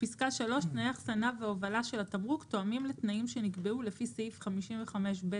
תנאי האחסנה וההובלה של התמרוק תואמים לתנאים שנקבעו לפי סעיף 55ב(ב)(3)